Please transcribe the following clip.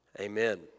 Amen